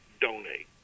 donate